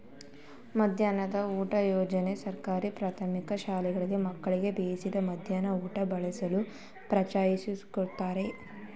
ಮಧ್ಯಾಹ್ನದ ಊಟ ಯೋಜನೆ ಸರ್ಕಾರಿ ಪ್ರಾಥಮಿಕ ಶಾಲೆಗಳಲ್ಲಿ ಮಕ್ಕಳಿಗೆ ಬೇಯಿಸಿದ ಮಧ್ಯಾಹ್ನ ಊಟ ಒದಗಿಸಲು ಪರಿಚಯಿಸ್ಲಾಗಯ್ತೆ